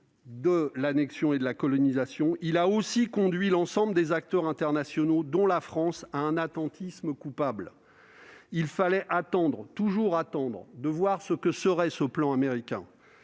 de l'annexion et de la colonisation, il a aussi conduit l'ensemble des acteurs internationaux, dont la France, à un attentisme coupable : il fallait attendre, toujours attendre, de voir ce que donnerait le plan américain.